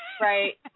Right